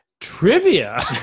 trivia